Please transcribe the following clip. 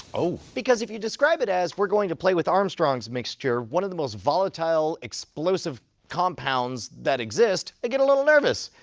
oh. because if you describe it as we're going to play with armstrong's mixture, one of the most volatile explosive compounds that exist, i get a little nervous.